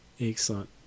Excellent